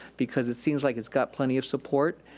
because it seems like it's got plenty of support,